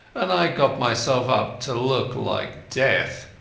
and i got myself up to look like death.